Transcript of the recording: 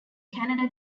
canada